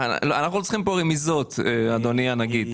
אנחנו לא צריכים פה רמיזות, אדוני הנגיד.